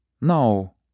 No